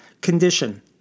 condition